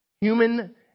human